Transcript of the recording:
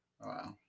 Wow